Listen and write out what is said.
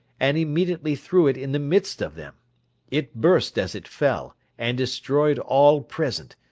and immediately threw it in the midst of them it burst as it fell, and destroyed all present,